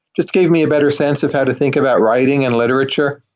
just gave me a better sense of how to think about writing and literature,